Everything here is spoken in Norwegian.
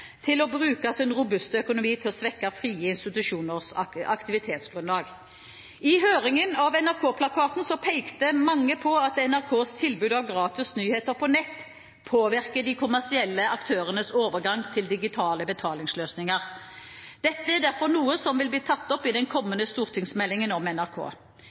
økonomi til å svekke frie institusjoners aktivitetsgrunnlag. I høringen av NRK-plakaten pekte mange på at NRKs tilbud av gratis nyheter på nett påvirker de kommersielle aktørenes overgang til digitale betalingsløsninger. Dette er derfor noe som vil bli tatt opp i den kommende stortingsmeldingen om NRK.